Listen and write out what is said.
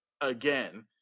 again